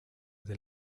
del